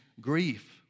grief